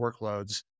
workloads